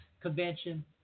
Convention